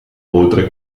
oltre